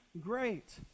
great